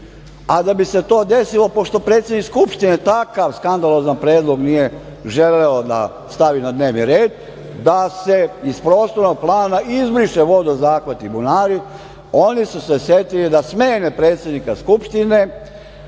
A da bi se to desilo, pošto predsednik Skupštine takav skandalozan predlog nije želeo da stavi na dnevni red, da se iz prostornog plana izbriše vodozahvat i bunari, oni su se setili da smene predsednika Skupštine